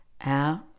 out